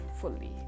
fully